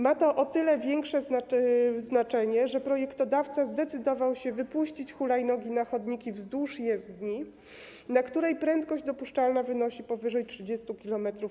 Ma to o tyle większe znaczenie, że projektodawca zdecydował się wpuścić hulajnogi na chodniki wzdłuż jezdni, na której prędkość dopuszczalna wynosi powyżej 30 km/h.